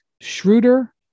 Schroeder